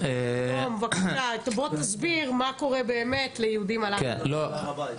בבקשה תסביר מה קורה באמת ליהודים על הר הבית.